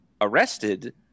Arrested